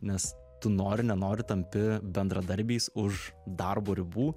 nes tu nori nenori tampi bendradarbiais už darbo ribų